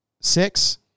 six